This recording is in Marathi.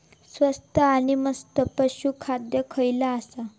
स्वस्त आणि मस्त पशू खाद्य खयला आसा?